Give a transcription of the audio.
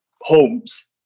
homes